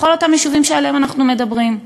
בכל אותם יישובים שעליהם אנחנו מדברים.